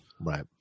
Right